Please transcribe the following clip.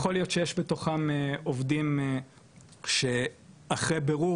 יכול להיות שיש בתוכם עובדים שאחרי בירור